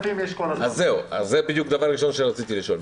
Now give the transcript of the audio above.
אז זהו, זה דבר ראשון שרציתי לשאול.